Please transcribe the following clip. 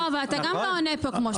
אבל אתה גם לא עונה פה כמו שצריך.